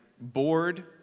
bored